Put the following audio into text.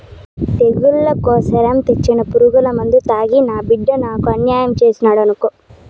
తెగుళ్ల కోసరం తెచ్చిన పురుగుమందు తాగి నా బిడ్డ నాకు అన్యాయం చేసినాడనుకో